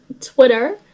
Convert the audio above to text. Twitter